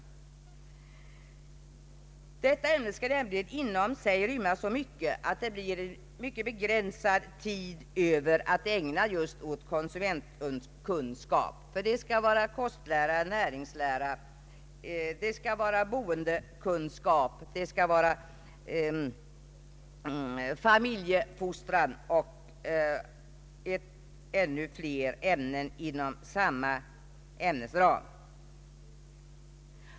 Ämnet hemkunskap skall nämligen inom sig rymma så mycket att det blir en mycket begränsad tid över att ägna åt konsumentkunskap. I hemkunskap skall nämligen ingå kostlära, näringslära, boendekunskap, familjefostran m.m.